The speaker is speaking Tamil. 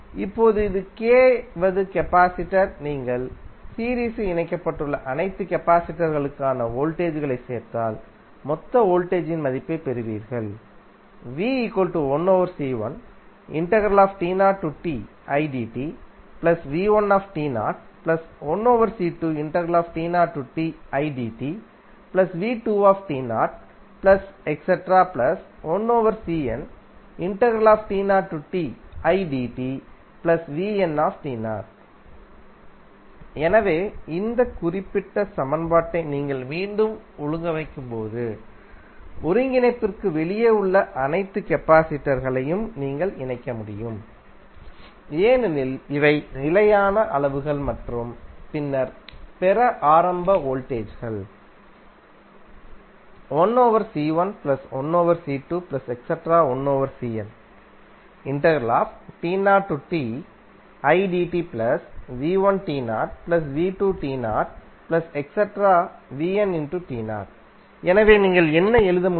இப்போது இது kவதுகபாசிடர் நீங்கள் சீரீஸில் இணைக்கப்பட்டுள்ள அனைத்து கபாசிடர் களுக்கான வோல்டேஜ் ங்களைச் சேர்த்தால் மொத்த வோல்டேஜ் இன் மதிப்பைப் பெறுவீர்கள் எனவே இந்த குறிப்பிட்ட சமன்பாட்டை நீங்கள் மீண்டும் ஒழுங்கமைக்கும்போது ஒருங்கிணைப்பிற்கு வெளியே உள்ள அனைத்து கபாசிடர் களையும் நீங்கள் இணைக்க முடியும் ஏனெனில் இவை நிலையான அளவுகள் மற்றும் பின்னர் பெற ஆரம்ப வோல்டேஜ் கள் எனவே நீங்கள் என்ன எழுத முடியும்